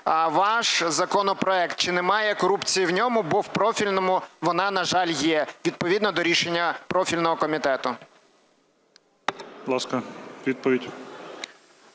ваш законопроект, чи немає корупції в ньому, бо в профільному вона, на жаль, є відповідно до рішення профільного комітету. ГОЛОВУЮЧИЙ. Будь